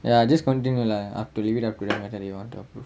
ya just continue lah up to leave it up to them whether you want to